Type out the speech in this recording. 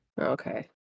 Okay